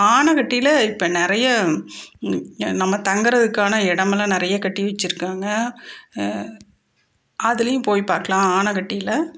ஆனைகட்டில இப்போ நிறைய நம்ம தங்குறதுக்கான இடமெல்லாம் நிறைய கட்டி வெச்சுருக்காங்க அதிலயும் போய் பார்க்கலாம் ஆனைகட்டில